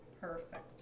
Perfect